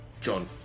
John